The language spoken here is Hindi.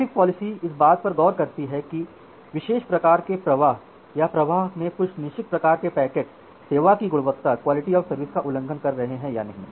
ट्रैफ़िक पॉलिसी इस बात पर गौर करती है कि विशेष प्रकार के प्रवाह या प्रवाह में कुछ निश्चित प्रकार के पैकेट सेवा की गुणवत्ता का उल्लंघन कर रहे हैं या नहीं